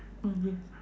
ah yes